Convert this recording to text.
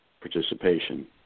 participation